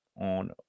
on